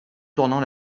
tournant